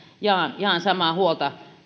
sdpn kanssa ihan samaa huolta